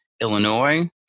Illinois